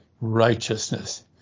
righteousness